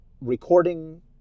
recording